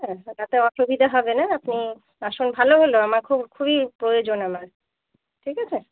হ্যাঁ তাতে অসুবিধা হবে না আপনি আসুন ভালো হল আমার খুব খুবই প্রয়োজন আমার ঠিক আছে